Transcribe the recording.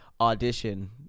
audition